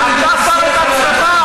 חבר הכנסת אמסלם?